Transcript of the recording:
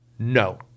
No